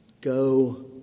Go